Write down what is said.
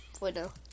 window